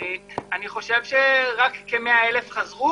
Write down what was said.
אני חושב שרק כ-100,000 חזרו,